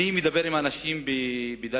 אני מדבר עם אנשים בדאלית-אל-כרמל.